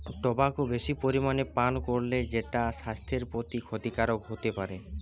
tobacco বেশি পরিমাণে পান কোরলে সেটা সাস্থের প্রতি ক্ষতিকারক হোতে পারে